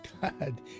God